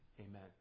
Amen